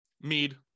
mead